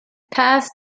passed